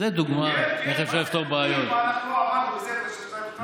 זו דוגמה איך אפשר לפתור בעיות.